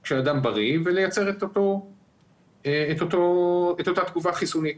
של אדם בריא ולייצר את אותה תגובה חיסונית.